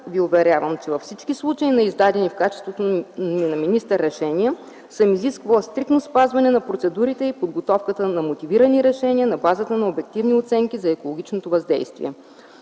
ви уверявам, че във всички случаи на издадени в качеството ми на министър решения, съм изисквала стриктно спазване на процедурите и подготовката на мотивирани решения на базата на обективни оценки за екологичното въздействие.